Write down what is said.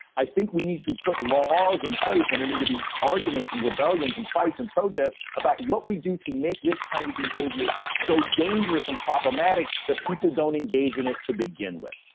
i think we need to put laws in place and are going to be arguments and rebellions and fights and protests about what we do to make this kind of behavior so dangerous and problematic that people don't engage in it to begin with.